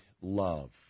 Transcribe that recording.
love